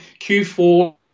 Q4